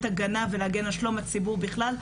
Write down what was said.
ולהגן על שלום הציבור בכלל,